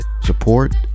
support